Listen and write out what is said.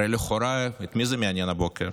הרי לכאורה, את מי זה מעניין הבוקר?